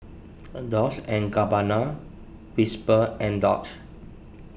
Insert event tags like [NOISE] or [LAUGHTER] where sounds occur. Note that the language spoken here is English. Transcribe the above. [HESITATION] Dolce and Gabbana Whisper and Doux